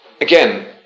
Again